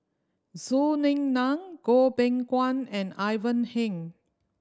Zhou Ying Nan Goh Beng Kwan and Ivan Heng